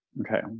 Okay